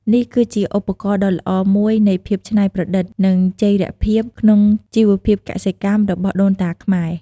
នេះគឺជាឧទាហរណ៍ដ៏ល្អមួយនៃភាពច្នៃប្រឌិត និងចីរភាពក្នុងជីវភាពកសិកម្មរបស់ដូនតាខ្មែរ។